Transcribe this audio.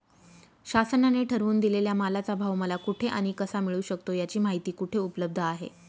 शासनाने ठरवून दिलेल्या मालाचा भाव मला कुठे आणि कसा मिळू शकतो? याची माहिती कुठे उपलब्ध आहे?